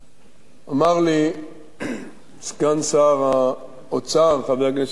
אמר לי סגן שר האוצר, חבר הכנסת כהן,